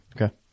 Okay